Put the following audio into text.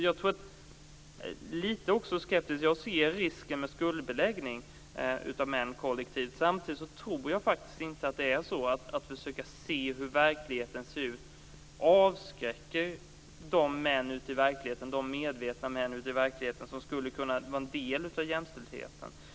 Jag är litet skeptisk. Jag ser risken med skuldbeläggning av män kollektivt. Samtidigt tror jag inte att det är så att man, om man försöker se hur verkligheten ser ut, avskräcker de medvetna män ute i verkligheten som skulle kunna vara en del av jämställdheten.